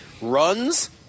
Runs